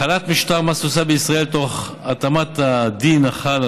החלת משטר מס תפוסה בישראל תוך התאמת הדין החל על